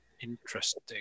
Interesting